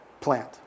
plant